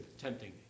tempting